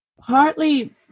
Partly